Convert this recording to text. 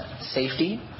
safety